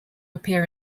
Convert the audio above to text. appear